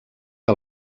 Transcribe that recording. que